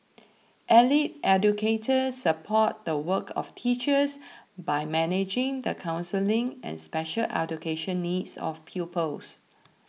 allied educators support the work of teachers by managing the counselling and special education needs of pupils